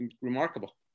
remarkable